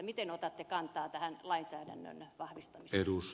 miten otatte kantaa tähän lainsäädännön vahvistamiseen